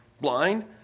blind